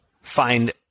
find